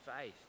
faith